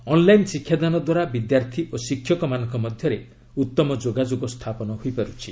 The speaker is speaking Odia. ଅନ୍ଲାଇନ୍ ଶିକ୍ଷାଦାନ ଦ୍ୱାରା ବିଦ୍ୟାର୍ଥୀ ଓ ଶିକ୍ଷକମାନଙ୍କ ମଧ୍ୟରେ ଉତ୍ତମ ଯୋଗାଯୋଗ ସ୍ଥାପନ ହୋଇପାରୁଛି